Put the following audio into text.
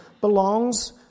belongs